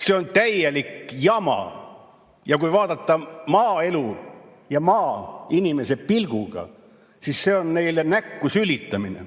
See on täielik jama! Ja kui vaadata maaelu maainimese pilguga, siis see on neile näkku sülitamine.